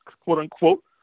quote-unquote